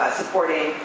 supporting